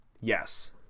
yes